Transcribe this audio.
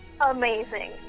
amazing